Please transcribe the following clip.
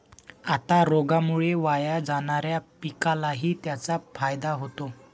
आता रोगामुळे वाया जाणाऱ्या पिकालाही त्याचा फायदा होतो